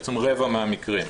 בעצם רבע מהמקרים.